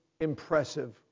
impressive